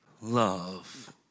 love